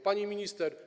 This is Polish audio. Pani Minister!